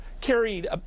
carried